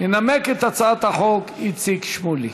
ינמק את הצעת החוק איציק שמולי.